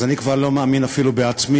אז אני כבר לא מאמין אפילו בעצמי,